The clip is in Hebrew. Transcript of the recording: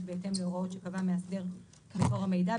בהתאם להוראות שקבע מאסדר מקור המידע,